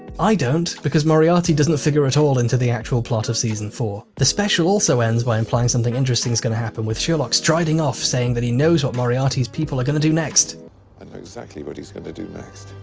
i don't, because moriarty doesn't figure at all into the actual plot of season four. the special also ends by implying something interesting is going to happen with sherlock striding off saying that he knows what moriarty's people are going to do next. i know exactly what he's going to do next.